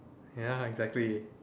ya exactly